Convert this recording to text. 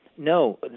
no